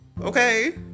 Okay